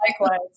Likewise